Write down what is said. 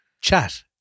chat